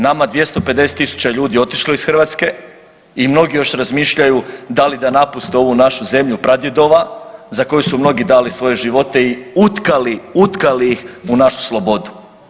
Nama 250 tisuća ljudi je otišlo iz Hrvatske i mnogi još razmišljaju da li da napuste ovu našu zemlju pradjedova za koju su mnogi dali svoje živote i utkali, utkali ih u našu slobodu.